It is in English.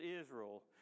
Israel